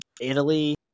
Italy